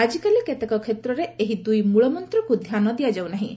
ଆଜିକାଲି କେତେକ କ୍ଷେତ୍ରରେ ଏହି ଦୁଇ ମୂଳ ମନ୍ତ୍ରକୁ ଧ୍ୟାନ ଦିଆଯାଉ ନାହିଁ